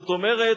זאת אומרת,